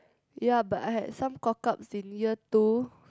ya but I had some cock ups in year two